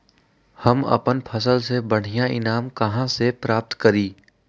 हम अपन फसल से बढ़िया ईनाम कहाँ से प्राप्त करी?